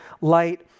light